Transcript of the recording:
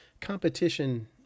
competition